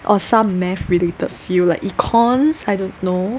or some math related field like econs I don't know